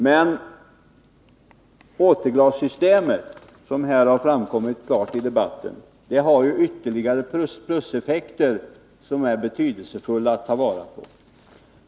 Men återglassystemet, som framkommit klart i debatten, har ytterligare pluseffekter som är betydelsefulla att ta vara på.